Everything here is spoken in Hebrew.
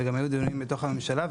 וגם היו דיונים בתוך הממשלה,